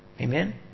amen